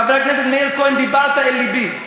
חבר הכנסת מאיר כהן, דיברת אל לבי.